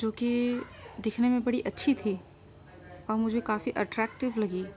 جو کہ دکھنے میں بڑی اچھی تھی اور مجھے کافی اٹریکٹیو لگی